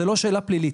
זאת לא שאלה פלילית.